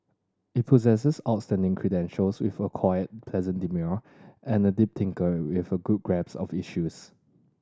he possesses outstanding credentials with a quiet pleasant demeanour and a deep thinker with a good grasp of issues